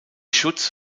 schutz